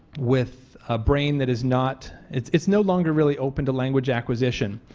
with a brain that is not, it's it's no longer really open to language acquisition,